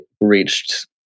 reached